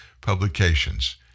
publications